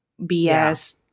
BS